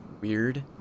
weird